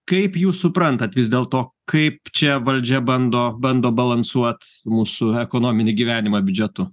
kaip jūs suprantatvis dėlto kaip čia valdžia bando bando balansuot mūsų ekonominį gyvenimą biudžetu